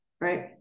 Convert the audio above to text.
right